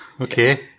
Okay